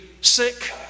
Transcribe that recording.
sick